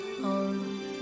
home